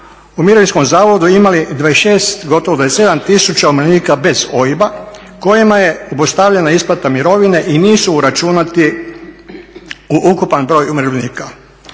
u Mirovinskom zavodu imali 26, gotovo 27 tisuća umirovljenika bez OIB-a kojima je obustavljena isplata mirovine i nisu uračunati u ukupan broj umirovljenika.